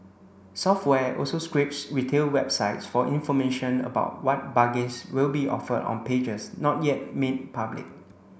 software also scrapes retail websites for information about what bargains will be offered on pages not yet made public